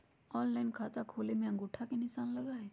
Online खाता खोले में अंगूठा के निशान लगहई?